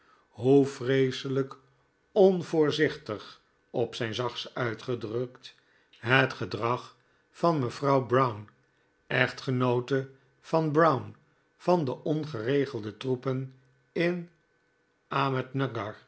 hoe vreeselijk onvoorzichtig op zijn zachtst uitgedrukt het gedrag van mevrouw brown echtgenoote van brown van de ongeregelde troepen in